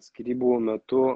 skyrybų metu